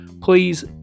please